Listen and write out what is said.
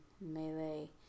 melee